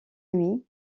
nuit